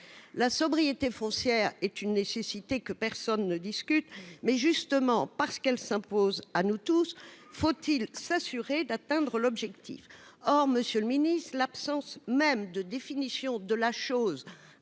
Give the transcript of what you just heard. La sobriété foncière est une nécessité que personne ne discute. Justement, parce qu'elle s'impose à nous tous, il faut s'assurer d'atteindre l'objectif. Or, monsieur le ministre, en l'absence de définition de la chose